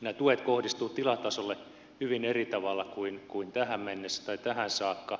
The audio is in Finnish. nämä tuet kohdistuvat tilatasolle hyvin eri tavalla kuin tähän saakka